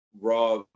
raw